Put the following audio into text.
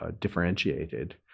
differentiated